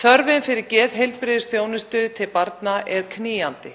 Þörfin fyrir geðheilbrigðisþjónustu barna er knýjandi.